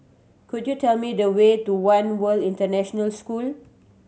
could you tell me the way to One World International School